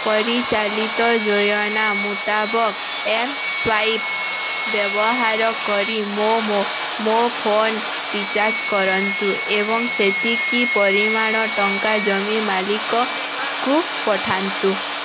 ପରିଚାଳିତ ଯୋଜନା ମୁତାବକ ଏମ୍ସ୍ୱାଇପ୍ ବ୍ୟବହାର କରି ମୋ ମୋ ମୋ ଫୋନ୍ ରିଚାର୍ଜ କରନ୍ତୁ ଏବଂ ସେତିକି ପରିମାଣର ଟଙ୍କା ଜମିମାଲିକ କୁ ପଠାନ୍ତୁ